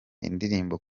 indirimbo